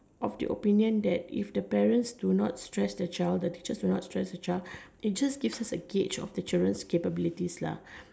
of the opinion that if the parents do not stress the child the teachers do not stress the child it just gives us the gauge of the children capabilities lah